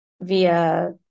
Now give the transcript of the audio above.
via